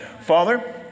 Father